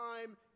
time